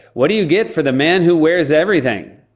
what do you get for the man who wears everything?